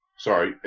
Sorry